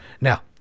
Now